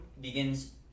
begins